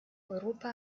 europa